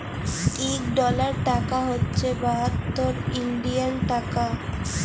ইক ডলার টাকা হছে বাহাত্তর ইলডিয়াল টাকা